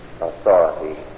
authority